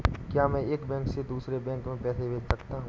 क्या मैं एक बैंक से दूसरे बैंक में पैसे भेज सकता हूँ?